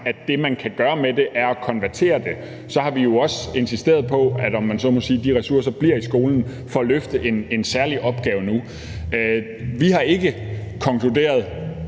at det, man kan gøre med det, er at konvertere det, så har vi jo også insisteret på, at de ressourcer, om man så må sige, bliver i skolen til at løfte en særlig opgave nu. Vi har lavet